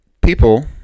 People